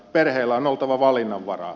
perheillä on oltava valinnanvaraa